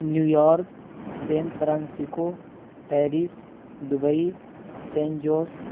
new York San Francisco Paris Dubai San Jose